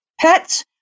pets